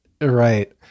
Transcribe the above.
right